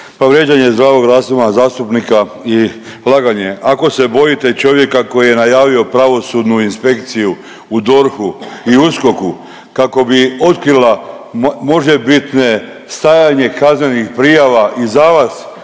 vrijeđanje zdravog razuma zastupnika i laganje. Ako se bojite čovjeka koji je najavio pravosudnu inspekciju u DORH-u i USKOK-u, kako bi otkrila možebitne stajanje kaznenih prijava i za vas